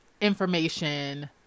information